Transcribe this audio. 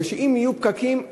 מפני שאם יהיו פקקים,